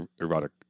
erotic